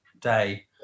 day